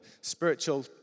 spiritual